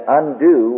undo